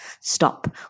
stop